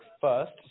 first